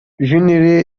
general